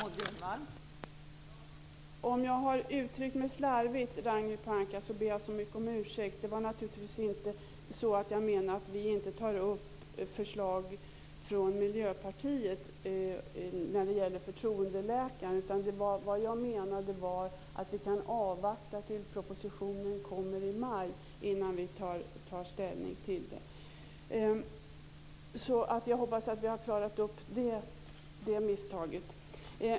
Fru talman! Jag ber så mycket om ursäkt om jag har uttryckt mig slarvigt, Ragnhild Pohanka. Jag menar naturligtvis inte att vi inte tar upp förslag från Miljöpartiet om förtroendeläkare. Vad jag menade var att vi kan avvakta tills propositionen kommer i maj innan vi tar ställning till detta. Jag hoppas att jag därmed har klarat ut detta misstag.